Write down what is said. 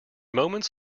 moments